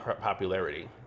popularity